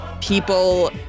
people